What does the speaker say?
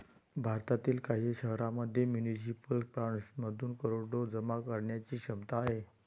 भारतातील काही शहरांमध्ये म्युनिसिपल बॉण्ड्समधून करोडो जमा करण्याची क्षमता आहे